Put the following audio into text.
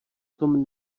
tom